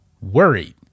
worried